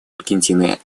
аргентины